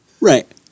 Right